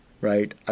right